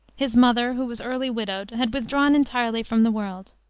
his mother, who was early widowed, had withdrawn entirely from the world.